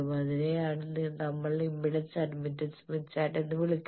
അതിനെയാണ് നമ്മൾ impedance admittance Smith chart എന്ന് വിളിക്കുന്നത്